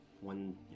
one